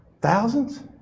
Thousands